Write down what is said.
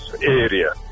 area